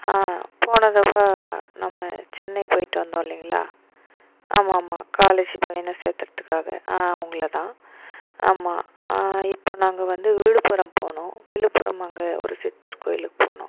போன தபா நம்ம சென்னை போய்ட்டு வந்தோம் இல்லைங்களா ஆமா ஆமா காலேஜ் பையனை சேத்துவிறதுக்காக அவங்களே தான் ஆமா இப்போது நாங்கள் வந்து விழுப்புரம் போகணும் விழுப்புரம் அங்கே ஒரு சித்தர் கோவிலுக்கு போகணும்